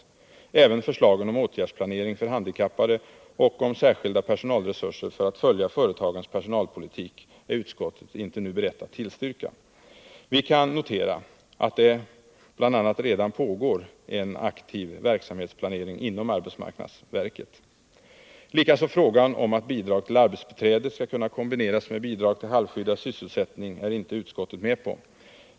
Inte heller förslagen om åtgärdsplanering för handikappade och om särskilda personalresurser för att följa företagens personalpolitik är utskottet nu berett att tillstyrka. Vi kan notera att det bl.a. redan pågår en aktiv verksamhetsplanering inom arbetsmarknadsverket. Inte heller förslaget om att bidrag till arbetsbiträden skall kunna kombineras med bidrag till halvskyddad sysselsättning är utskottet med på.